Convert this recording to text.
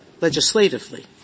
legislatively